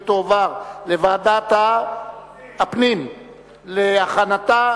לדיון מוקדם בוועדת הפנים והגנת הסביבה נתקבלה.